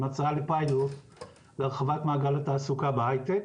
הצעה לפיילוט להרחבת מעגל התעסוקה בהייטק,